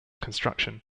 construction